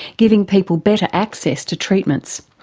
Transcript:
giving people better access to treatments.